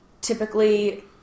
Typically